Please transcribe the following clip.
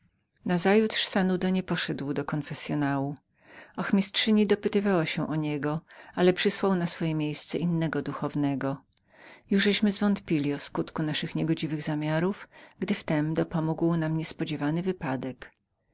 nazajutrz sanudo nie poszedł do konfessyonału ochmistrzyni dopytywała się o niego ale przysłał na swoje miejsce innego duchownego jużeśmy byli zwątpili o skutku naszych niegodziwych zamiarów gdy w tem niespodziewany wypadek